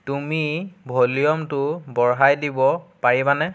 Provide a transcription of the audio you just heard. তুমি ভলিউমটো বঢ়াই দিব পাৰিবানে